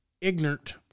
ignorant